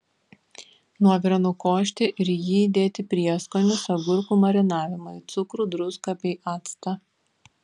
nuovirą nukošti ir į jį įdėti prieskonius agurkų marinavimui cukrų druską bei actą